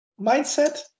mindset